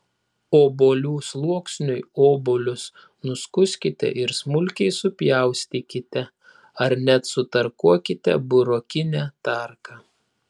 obuolių sluoksniui obuolius nuskuskite ir smulkiai supjaustykite ar net sutarkuokite burokine tarka